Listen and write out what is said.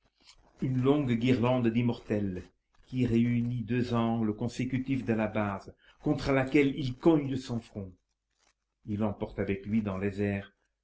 une longue guirlande d'immortelles qui réunit deux angles consécutifs de la base contre laquelle il cogne son front il emporte avec lui dans les airs